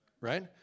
right